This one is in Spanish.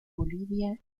bolivia